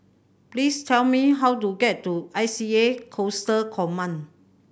please tell me how to get to I C A Coastal Command